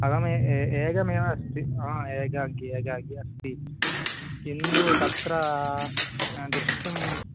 अहमेकः एकमेव अस्ति अहम् एकाकी एकाकी अस्मि किन्तु तत्र दृष्टुं